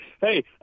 Hey